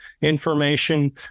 information